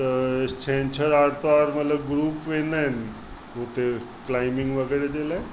त छंछरु आरितवारु मतिलबु ग्रुप वेंदा आहिनि हुते कलाइबिंग वग़ैरह जे लाइ